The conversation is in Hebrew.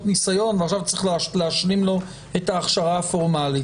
ניסיון ועכשיו צריך להשלים לו את ההכשרה הפורמלית.